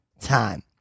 Time